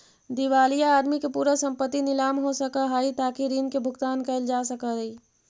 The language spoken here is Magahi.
दिवालिया आदमी के पूरा संपत्ति नीलाम हो सकऽ हई ताकि ऋण के भुगतान कैल जा सकई